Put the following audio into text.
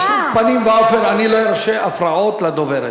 בשום פנים ואופן אני לא ארשה הפרעות לדוברת.